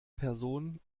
person